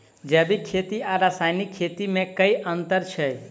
जैविक खेती आ रासायनिक खेती मे केँ अंतर छै?